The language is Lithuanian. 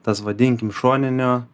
tas vadinkim šoninio